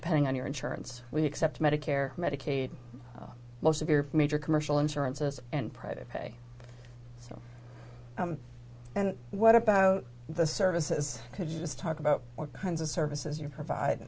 depending on your insurance we accept medicare medicaid most of your major commercial insurance is and private pay so and what about the services could you just talk about what kinds of services you provide